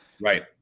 Right